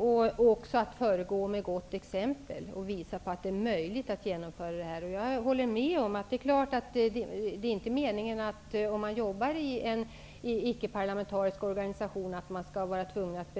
Vi försöker också föregå med gott exempel och visa på att det är möjligt att genomföra det här. Om man jobbar i en icke-parlamentarisk organisation är det inte meningen -- jag håller med om det -- att man skall vara tvungen att